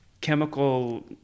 Chemical